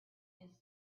his